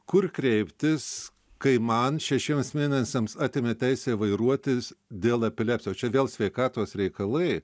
kur kreiptis kai man šešiems mėnesiams atėmė teisę vairuoti dėl epilepsijos čia vėl sveikatos reikalai